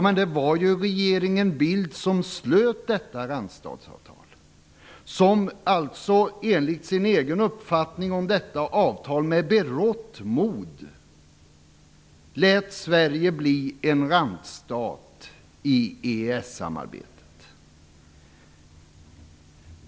Men det var ju regeringen Bildt som slöt detta randstatsavtal, som enligt sin egen uppfattning om detta avtal med berått mod lät Sverige bli en randstat i EES-samarbetet.